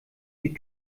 die